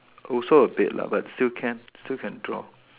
also a bit lah but still can still can draw